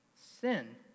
Sin